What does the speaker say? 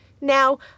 Now